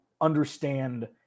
understand